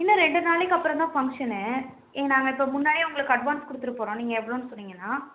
இன்னும் ரெண்டு நாளைக்கு அப்புறந்தான் ஃபங்ஷன்னு இங்கே நாங்கள் இப்போ முன்னாடியே உங்களுக்கு அட்வான்ஸ் கொடுத்துட்டு போகிறோம் நீங்கள் எவ்வளோன்னு சொன்னிங்கன்னா